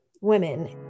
women